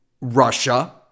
Russia